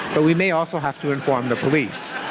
but we may also have to inform the police.